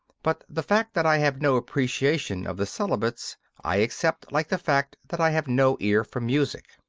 but the fact that i have no appreciation of the celibates, i accept like the fact that i have no ear for music.